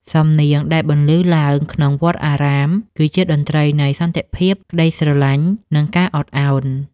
សំនៀងដែលបន្លឺឡើងក្នុងវត្តអារាម គឺជាតន្ត្រីនៃសន្តិភាព ក្ដីស្រឡាញ់ និងការអត់ឱន។